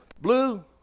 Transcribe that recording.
blue